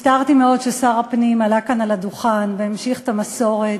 הצטערתי מאוד ששר הפנים עלה כאן על הדוכן והמשיך את המסורת